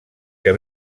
que